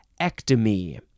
ectomy